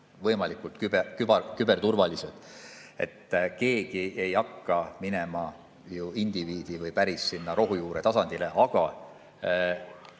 võimalikult küberturvalised. Keegi ei hakka minema ju indiviidi või päris rohujuuretasandile, aga